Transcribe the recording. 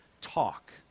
talk